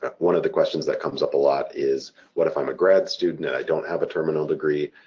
one of the questions that comes up a lot is, what if i'm a grad student and i don't have a terminal degree?